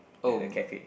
the the cafe